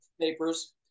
papers